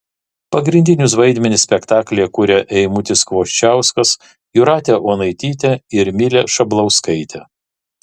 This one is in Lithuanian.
pagrindinius vaidmenis spektaklyje kuria eimutis kvoščiauskas jūratė onaitytė ir milė šablauskaitė